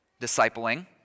discipling